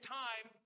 time